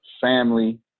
Family